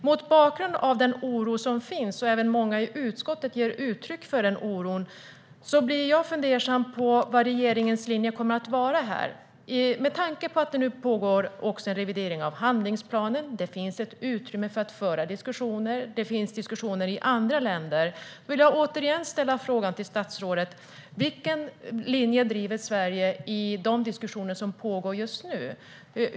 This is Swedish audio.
Mot bakgrund av den oro som finns, och som även många i utskottet ger uttryck för, blir jag fundersam över vad regeringens linje kommer att vara. Det pågår en revidering av handlingsplaner, och det finns utrymme för att föra diskussioner. Det finns även diskussioner i andra länder. Med tanke på allt detta vill jag ställa ett par frågor till statsrådet: Vilken linje driver Sverige i de diskussioner som pågår just nu?